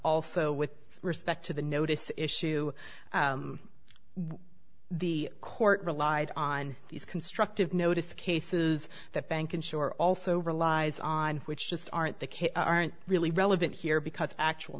also with respect to the notice issue the court relied on these constructive notice cases that bank insurer also relies on which just aren't the case aren't really relevant here because actual